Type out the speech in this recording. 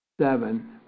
seven